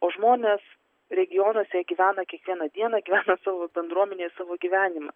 o žmonės regionuose jie gyvena kiekvieną dieną gyvena savo bendruomenėje savo gyvenimą